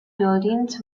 buildings